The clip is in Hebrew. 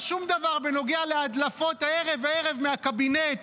שום דבר בנוגע להדלפות ערב-ערב מהקבינט,